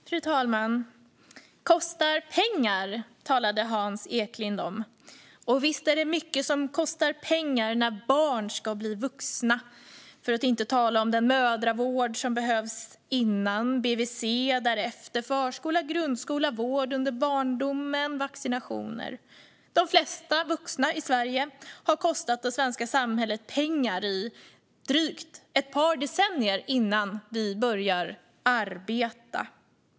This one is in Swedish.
Fru talman! Hans Eklind talade om att det kostar pengar. Visst är det mycket som kostar pengar när barn ska bli vuxna, för att inte tala om den mödravård som behövs innan barn föds, BVC därefter och sedan förskola, grundskola, vård under barndomen och vaccinationer. De flesta vuxna i Sverige har kostat det svenska samhället pengar i drygt ett par decennier innan de börjar arbeta.